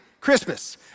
Christmas